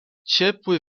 ciepły